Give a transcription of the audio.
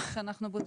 אחרי שאנחנו בודקים.